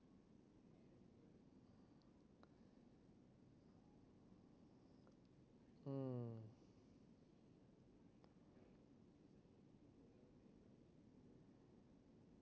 mm